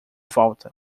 volta